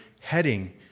heading